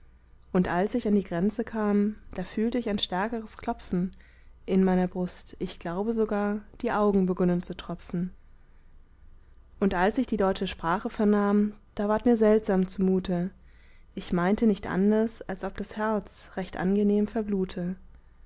und als ich an die grenze kam da fühlt ich ein stärkeres klopfen in meiner brust ich glaube sogar die augen begunnen zu tropfen und als ich die deutsche sprache vernahm da ward mir seltsam zumute ich meinte nicht anders als ob das herz recht angenehm verblute